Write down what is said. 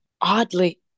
oddly